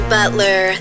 Butler